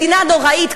מדינה נוראית,